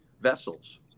vessels